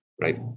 right